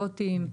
בוטים.